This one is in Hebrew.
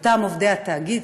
אותם עובדי התאגיד,